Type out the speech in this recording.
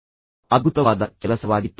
ಅದೊಂದು ಅದ್ಭುತವಾದ ಕೆಲಸವಾಗಿತ್ತು